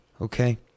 Okay